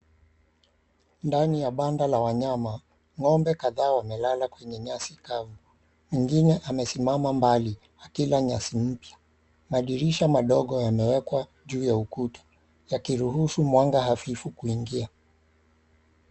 Ndani ya banda la wanyama. Ng'ombe kadhaa wamelala kwenye nyasi kavu, mwingine amesimama mbali akila nyasi. Madirisha madogo yamewekwa juu ya ukuta yakiruhusu mwanga hafifu kuingia.